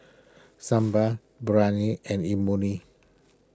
Sambar Biryani and Imoni